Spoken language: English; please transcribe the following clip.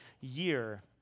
year